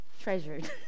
treasured